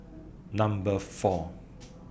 Number four